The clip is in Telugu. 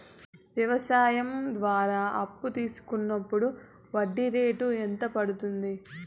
వ్యవసాయం ద్వారా అప్పు తీసుకున్నప్పుడు వడ్డీ రేటు ఎంత పడ్తుంది